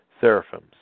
seraphims